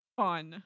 fun